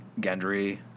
Gendry